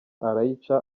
arayica